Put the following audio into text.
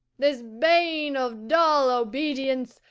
this bane of dull obedience,